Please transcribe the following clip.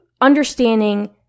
understanding